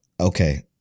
Okay